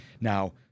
Now